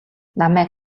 намайг